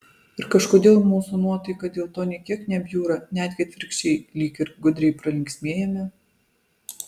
ir kažkodėl mūsų nuotaika dėl to nė kiek nebjūra netgi atvirkščiai lyg ir gudriai pralinksmėjame